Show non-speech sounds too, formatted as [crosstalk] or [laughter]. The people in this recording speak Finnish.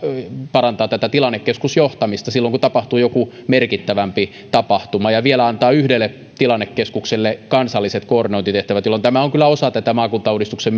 parantaa tätä tilannekeskusjohtamista silloin kun tapahtuu joku merkittävämpi tapahtuma ja vielä antaa yhdelle tilannekeskukselle kansalliset koordinointitehtävät jolloin tämä on kyllä osa tätä maakuntauudistuksen [unintelligible]